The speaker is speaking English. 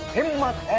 everyone